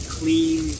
clean